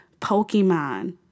Pokemon